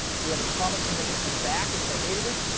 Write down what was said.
we had to promise them they could come back if they hated it.